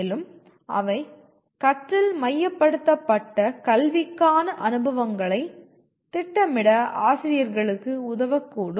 மேலும் அவை கற்றல் மையப்படுத்தப்பட்ட கல்விக்கான அனுபவங்களை திட்டமிட ஆசிரியர்களுக்கு உதவக்கூடும்